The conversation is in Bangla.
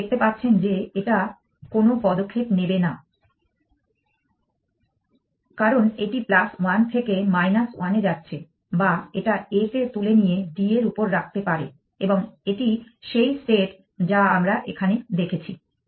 আপনি দেখতে পাচ্ছেন যে এটা কোন পদক্ষেপ নেবে না কারণ এটি 1 থেকে 1 এ যাচ্ছে বা এটা A কে তুলে নিয়ে D এর উপর রাখতে পারে এবং এটি সেই স্টেট যা আমরা এখানে দেখেছি